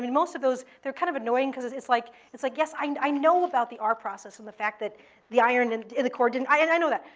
most of those, they're kind of annoying cause it's like, like yes, i and i know about the r process and the fact that the iron and in the core didn't i and i know that,